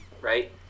right